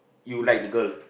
you like the girl